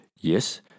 Yes